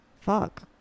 fuck